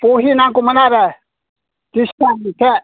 बहि नांगौमोन आरो दिस्था मोनसे